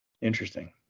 interesting